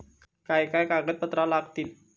काय काय कागदपत्रा लागतील?